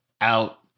out